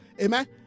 amen